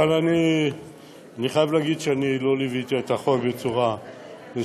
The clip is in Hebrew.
אבל אני חייב להגיד שאני לא ליוויתי את החוק בצורה מסודרת.